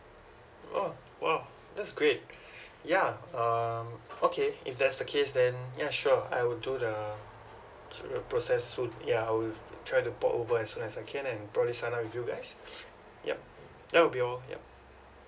oh !wow! that's great yeah um okay if that's the case then ya sure I will do the process soon yeah I'll try to port over as soon as I can and probably sign up with you guys yup that will be all yup